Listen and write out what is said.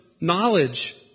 knowledge